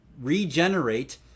regenerate